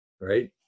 right